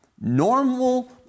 Normal